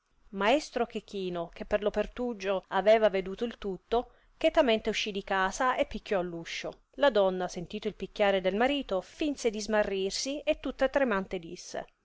maestro chechino che per lo pertuggio aveva veduto il tutto chetamente uscì di casa e picchiò all'uscio la donna sentito il picchiare del marito finse di smarrirsi e tutta tremante disse